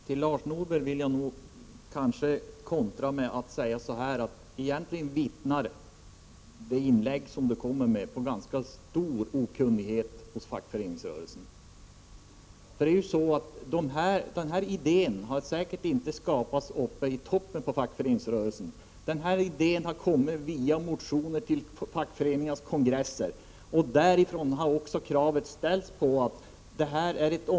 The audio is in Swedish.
Herr talman! Först till Lars Norberg. Jag vill kontra med att säga: Egentligen vittnar det inlägg som Lars Norberg gjorde om ganska stor okunnighet om fackföreningsrörelsen. Idén om kollektiva sakförsäkringar har säkert inte fötts i toppen av fackföreningsrörelsen — den har via motioner framförts till fackföreningarnas kongresser, och därifrån har kraven sedan förts vidare.